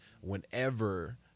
whenever